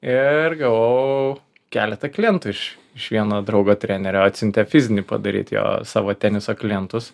ir gavau keletą klientų iš iš vieno draugo trenerio atsiuntė fizinį padaryt jo savo teniso klientus